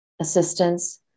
assistance